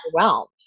overwhelmed